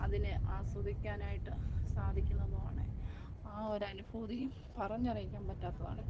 അതിനെ ആസ്വദിക്കാനായിട്ട് സാധിക്കുന്നതുമാണ് ആ ഒരു അനുഭൂതിയും പറഞ്ഞറിയിക്കാൻ പറ്റാത്തതാണ്